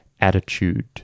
attitude